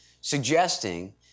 suggesting